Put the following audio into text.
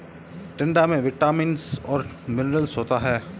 टिंडा में विटामिन्स और मिनरल्स होता है